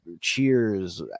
Cheers